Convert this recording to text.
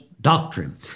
doctrine